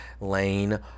Lane